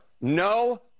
No